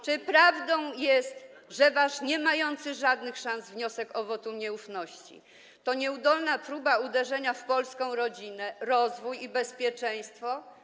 Czy prawdą jest, że wasz niemający żadnych szans wniosek o wotum nieufności to nieudolna próba uderzenia w polską rodzinę, rozwój i bezpieczeństwo?